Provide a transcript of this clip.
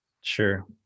Sure